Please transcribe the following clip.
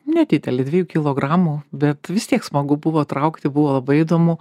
nedidelį dviejų kilogramų bet vis tiek smagu buvo traukti buvo labai įdomu